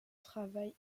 travail